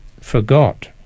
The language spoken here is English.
forgot